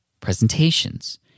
presentations